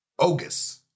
ogus